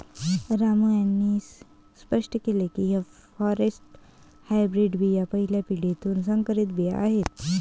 रामू यांनी स्पष्ट केले की एफ फॉरेस्ट हायब्रीड बिया पहिल्या पिढीतील संकरित बिया आहेत